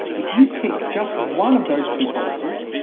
if you tick just one of those two boxes,